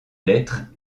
lettres